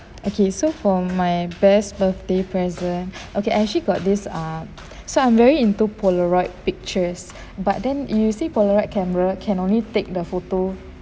okay so for my best birthday present okay I actually got this ah so I'm very into polaroid pictures but then you see polaroid camera can only take the photo